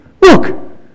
look